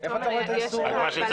איפה אתה רואה את האיסור על משקיפים?